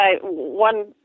one